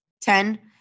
Ten